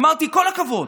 אמרתי: כל הכבוד.